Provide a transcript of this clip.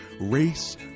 race